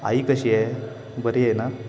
आई कशीये बरी आहे ना